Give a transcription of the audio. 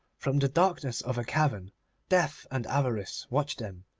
from the darkness of a cavern death and avarice watched them,